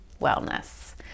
wellness